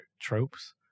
tropes